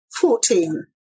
Fourteen